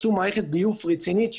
עשו מערכת ביוב רצינית,